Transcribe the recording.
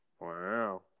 Wow